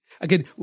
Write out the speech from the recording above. Again